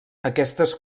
aquestes